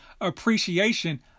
appreciation